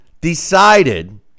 decided